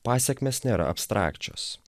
pasekmės nėra abstrakčios